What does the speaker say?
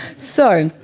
so,